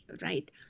right